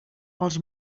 pels